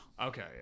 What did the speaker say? Okay